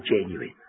genuine